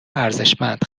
ارزشمند